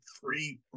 three